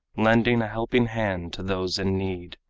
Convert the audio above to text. lending a helping hand to those in need,